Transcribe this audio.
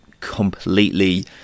completely